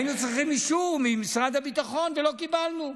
היינו צריכים אישור ממשרד הביטחון ולא קיבלנו,